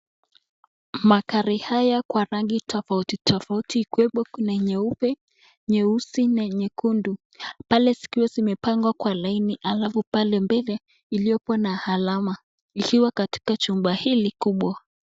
Magari haya kwa rangi tofautitofauti ikiwemo kuna nyeupe, nyeusi na nyekundu pale zikiwa zimepangwa kwa laini alafu pale mbele iliopo na alama, ikiwa katika chumba hili kubwa.